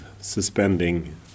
suspending